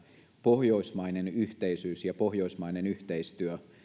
pohjoismainen yhteisyys ja pohjoismainen yhteistyö